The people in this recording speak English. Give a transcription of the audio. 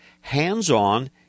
hands-on